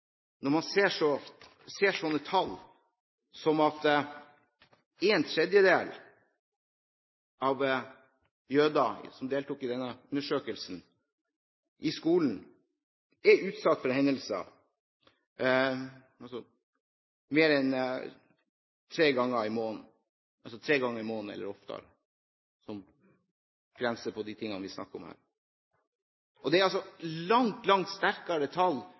når man ser slike tall som viser at en tredjedel av jøder som deltok i denne undersøkelsen i skolen, er utsatt for hendelser mer enn tre ganger i måneden eller oftere, som en grense for det vi snakker om her. Det er langt, langt sterkere tall